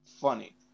funny